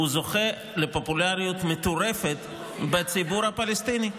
זוכה לפופולריות מטורפת בציבור הפלסטיני.